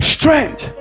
Strength